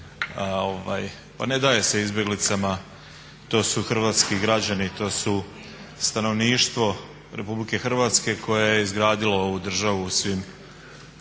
Pa ne daje se izbeglicama, to su hrvatski građani, to su stanovništvo Republike Hrvatske koje je izgradilo ovu državu u svim,